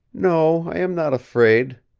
no, i am not afraid.